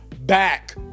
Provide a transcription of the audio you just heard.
back